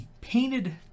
Painted